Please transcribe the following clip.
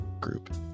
group